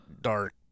dark